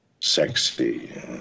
sexy